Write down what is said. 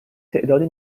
تعدادی